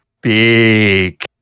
big